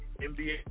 NBA